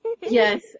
Yes